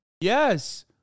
yes